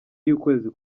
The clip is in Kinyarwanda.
y’ukwezi